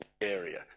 area